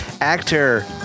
actor